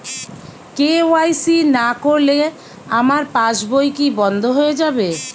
KYC না করলে আমার পাশ বই কি বন্ধ হয়ে যাবে?